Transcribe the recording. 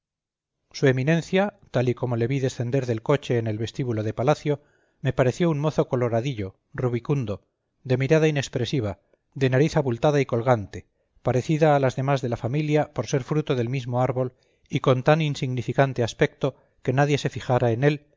su eminencia tal y como le vi descender del coche en el vestíbulo de palacio me pareció un mozo coloradillo rubicundo de mirada inexpresiva de nariz abultada y colgante parecida a las demás de la familia por ser fruto del mismo árbol y con tan insignificante aspecto que nadie se fijara en él